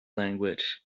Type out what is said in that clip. language